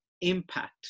impact